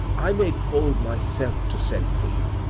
i made bold myself to send for you.